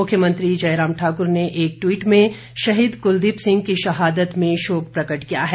मुख्यमंत्री जयराम ठाकुर ने एक ट्वीट में शहीद कुलदीप सिंह की शहादत में शोक प्रकट किया है